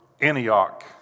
Antioch